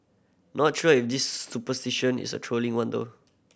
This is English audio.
not sure if this superstition is a trolling one though